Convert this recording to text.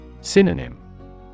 Synonym